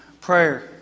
Prayer